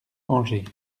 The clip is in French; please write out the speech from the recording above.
angers